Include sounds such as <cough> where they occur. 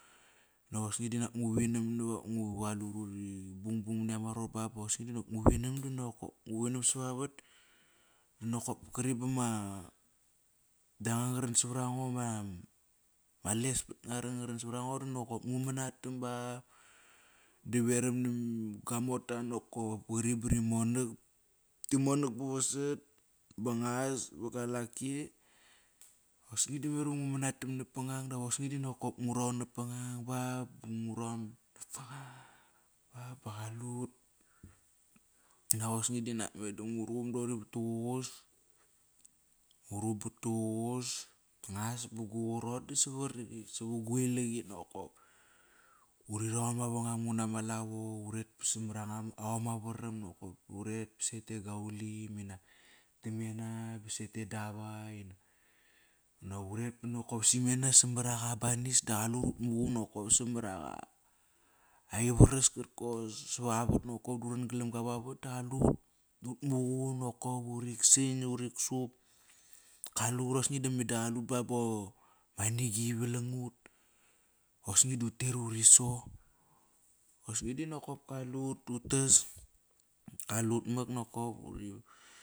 Nak osi da ngu vinam <unintelligible> qalut uri bungbung money ama rot ba, ba osni dop ngu vinam di nakop ngu vinam savavat nakop kiri bama yanga ngaran sava rango ma les <hesitation> da nakop ngu manatam ba da veram na gua morta nakop qari ba ri monak. Ti monak ba vasat ba nguas ba gualaki osni da memar ngu manatam napangang dap osni da nakop ngu raon na pa ngang ba <unintelligible> ba, ba qalut Dap osni dinak me ngu ruqum doqori vatduququs, nguruqum pat duququs nguas ba gu qarot <unintelligible> savat gu ilak qit nokop. Uri raon mavangam nguan ma lavo, <unintelligible> uret ba samar aom ama varam nokop, uret ba set e Gaulim inak ta mena ba set e dava, inak uret ba nokop simena somar ak a banis da qalut ut muqun nokop. <unintelligible> aivaras kar kos, savavat nokop ba uran galamga vavat do qalut ut muqun nakop, uri san, uri tsup, kalut, osni da meda qalut ba, ba anigi qi valang ut. Osni da utet uri so, osni di nakop kalut utas kalut mak nakop